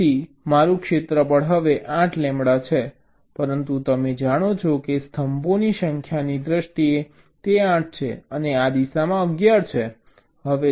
તેથી તમારું ક્ષેત્રફળ હવે 8 લેમ્બડા છે પરંતુ તમે જાણો છો કે સ્તંભોની સંખ્યાની દ્રષ્ટિએ 8 છે અને આ દિશામાં 11 છે